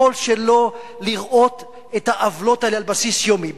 שלא לראות את העוולות האלה על בסיס יומי.